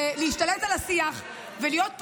זה להשתלט על השיח ולהיות פטרונים.